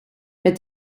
met